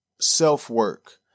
self-work